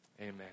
Amen